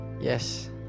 yes